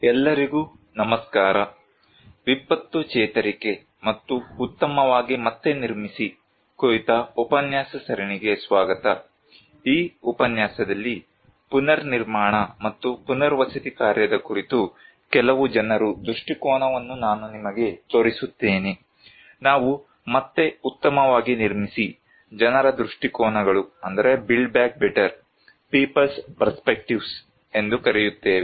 ಎಲ್ಲರಿಗೂ ನಮಸ್ಕಾರ ವಿಪತ್ತು ಚೇತರಿಕೆ ಮತ್ತು ಉತ್ತಮವಾಗಿ ಮತ್ತೆ ನಿರ್ಮಿಸಿ ಕುರಿತ ಉಪನ್ಯಾಸ ಸರಣಿಗೆ ಸ್ವಾಗತ ಈ ಉಪನ್ಯಾಸದಲ್ಲಿ ಪುನರ್ನಿರ್ಮಾಣ ಮತ್ತು ಪುನರ್ವಸತಿ ಕಾರ್ಯದ ಕುರಿತು ಕೆಲವು ಜನರ ದೃಷ್ಟಿಕೋನವನ್ನು ನಾನು ನಿಮಗೆ ತೋರಿಸುತ್ತೇನೆ ನಾವು "ಮತ್ತೆ ಉತ್ತಮವಾಗಿ ನಿರ್ಮಿಸಿ - ಜನರ ದೃಷ್ಟಿಕೋನಗಳು Build Back Better - People's Perspectives" ಎಂದು ಕರೆಯುತ್ತೇವೆ